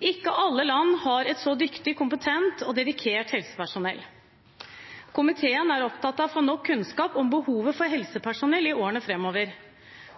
Ikke alle land har et så dyktig, kompetent og dedikert helsepersonell. Komiteen er opptatt av å få nok kunnskap om behovet for helsepersonell i årene framover,